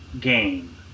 game